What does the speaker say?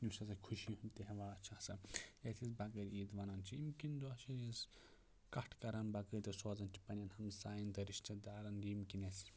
یُس ہَسا خُشی ہُنٛد تہوار چھُ آسان یَتھ أسۍ بکر عیٖد وَنان چھِ ییٚمہِ کِنۍ دۄہ چھِ أسۍ کَٹھ کَران باقٲعدٕ چھِ سوزان چھِ پَنٕنٮ۪ن ہَمساین تہٕ رِشتہٕ دارَن ییٚمہِ کِنۍ اَسہِ